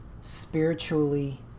spiritually